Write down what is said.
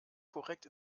korrekt